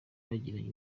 bagiranye